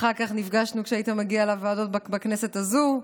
אחר כך נפגשנו כשהיית מגיע לוועדות, בכנסת הזו.